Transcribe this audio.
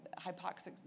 hypoxic